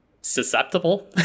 susceptible